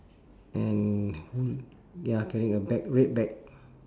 and ya carrying a bag red bag